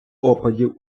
опадів